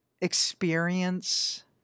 experience